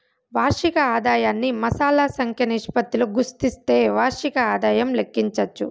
వార్షిక ఆదాయాన్ని మాసాల సంఖ్య నిష్పత్తితో గుస్తిస్తే వార్షిక ఆదాయం లెక్కించచ్చు